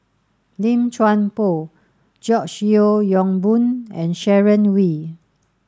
Lim Chuan Poh George Yeo Yong Boon and Sharon Wee